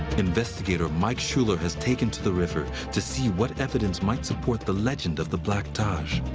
investigator mike schuller has taken to the river to see what evidence might support the legend of the black taj.